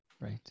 Right